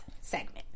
segment